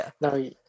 no